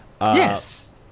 Yes